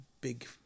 big